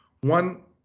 One